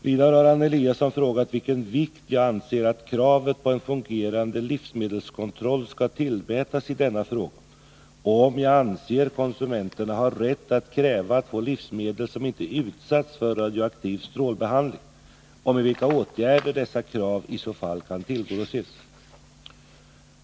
Vidare har Anna Eliasson frågat vilken vikt jag anser att kravet på en fungerande livsmedelskontroll skall tillmätas i denna fråga, om jag anser konsumenterna har rätt att kräva att få livsmedel som inte utsatts för radioaktiv strålbehandling och med vilka åtgärder dessa krav i så fall kan tillgodoses.